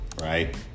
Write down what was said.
right